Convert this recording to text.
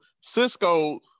Cisco